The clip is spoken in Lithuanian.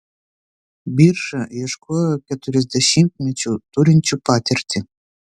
birža ieškojo keturiasdešimtmečių turinčių patirtį